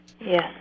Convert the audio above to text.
Yes